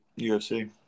UFC